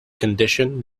condition